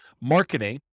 marketing